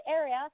area